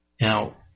Now